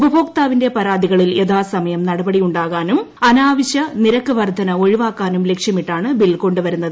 ഉപഭോക്താവിന്റെ പരാതികളിൽ യഥാസമയം നടപടി ഉണ്ടാകാനും അനാവശ്യ നിരക്ക് വർദ്ധന ഒഴിവാക്കാനും ലക്ഷ്യമിട്ടാണ് ബിൽ കൊണ്ടുവരുന്നത്